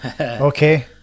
Okay